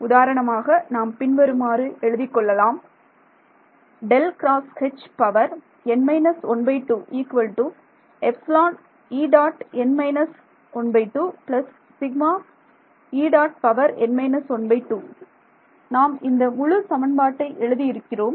உதாரணமாக நாம் பின்வருமாறு எழுதிக் கொள்ளலாம் நாம் இந்த முழு சமன்பாட்டை எழுதி இருக்கிறோம்